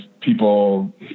people